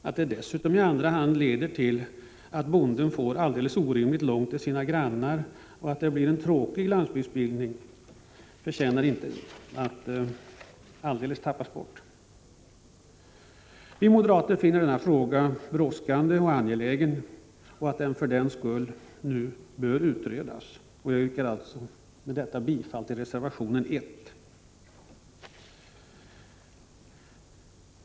Att det dessutom leder till att bonden får alldeles orimligt stort avstånd till sina grannar och att det blir en tråkig landsbygd förtjänar att inte helt glömmas bort. Vi moderater finner denna fråga brådskande och angelägen och menar att den för den skull bör utredas. Därför yrkar jag bifall till reservation 1.